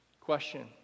Question